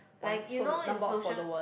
like you know in social